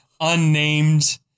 unnamed